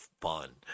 fun